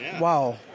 Wow